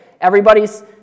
Everybody's